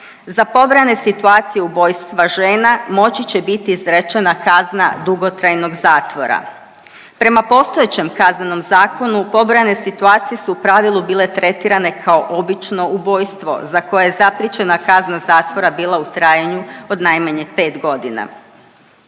Za pobrojane situacije ubojstva žena moći će biti izrečena kazna dugotrajnog zatvora. Prema postojećem Kaznenom zakonu, pobrojane situacije su u pravilu bile tretirane kao obično ubojstvo za koje je zapriječena kazna zatvora bila u trajanju od najmanje 5 godina.